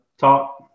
talk